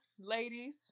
ladies